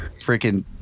freaking